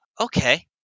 okay